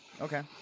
Okay